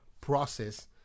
process